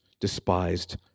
despised